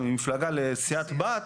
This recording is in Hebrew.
למפלגה לסיעת בת,